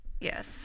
yes